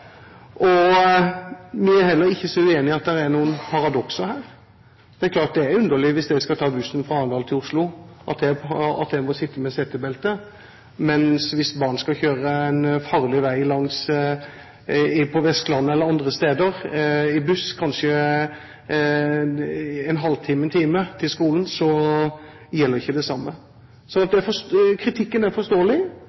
Vi er heller ikke så uenige om at det er noen paradokser her. Det er klart at det er underlig at hvis jeg skal ta bussen fra Arendal til Oslo, må jeg sitte med setebelte, mens hvis barn skal kjøre en farlig vei på Vestlandet eller andre steder i buss kanskje en halv time eller en time til skolen, så gjelder ikke det samme.